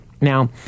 Now